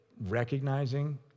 recognizing